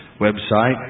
website